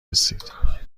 رسید